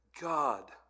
God